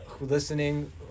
listening